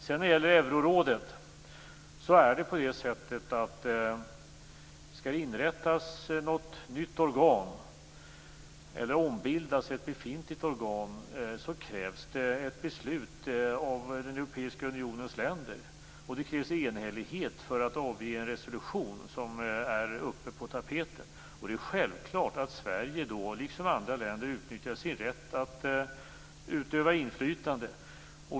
När det gäller eurorådet är det så att om det skall inrättas något nytt organ eller ett befintligt organ skall ombildas krävs det ett beslut av den europeiska unionens länder, och det krävs enhällighet för att avge en resolution som är uppe på tapeten. Det är självklart att Sverige då, liksom andra länder, utnyttjar sin rätt att utöva inflytande.